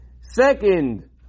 Second